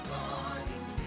Lord